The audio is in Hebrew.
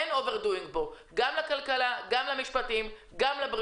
גם למשרד המשפטים וגם למשרד האוצר,